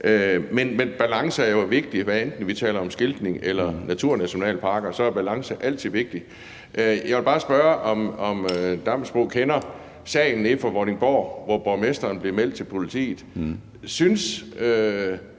Men balance er jo vigtigt – hvad enten vi taler om skiltning eller naturnationalparker, er balance altid vigtigt. Jeg vil bare spørge, om Lennart Damsbo-Andersen kender sagen nede fra Vordingborg, hvor borgmesteren blev meldt til politiet. Synes